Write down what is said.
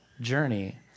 journey